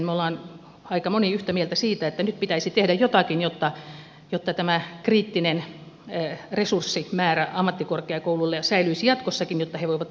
me olemme aika moni yhtä mieltä siitä että nyt pitäisi tehdä jotakin jotta tämä kriittinen resurssimäärä ammattikorkeakouluille säilyisi jatkossakin jotta he voivat toimintaansa kehittää